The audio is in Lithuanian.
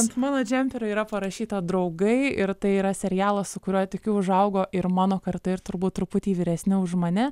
ant mano džemperio yra parašyta draugai ir tai yra serialas su kuriuo tikiu užaugo ir mano karta ir turbūt truputį vyresni už mane